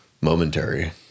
momentary